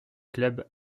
club